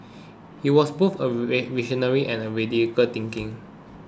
he was both a V visionary and a radical thinking